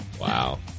Wow